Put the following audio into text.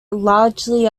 largely